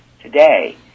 today